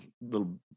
little